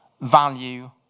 value